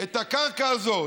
את הקרקע הזאת,